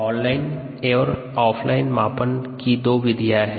on line और offline मापन की दो विधियाँ हैं